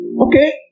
Okay